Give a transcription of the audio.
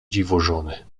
dziwożony